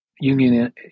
union